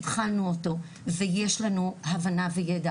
אנחנו התחלנו אותו ויש לנו הבנה וידע